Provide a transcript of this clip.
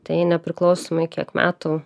tai nepriklausomai kiek metų